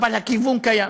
אבל הכיוון קיים.